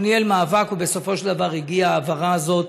הוא ניהל מאבק, ובסופו של דבר הגיעה ההעברה הזאת,